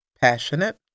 passionate